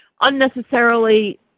unnecessarily